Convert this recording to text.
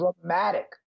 Dramatic